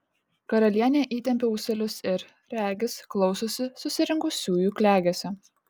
karalienė įtempia ūselius ir regis klausosi susirinkusiųjų klegesio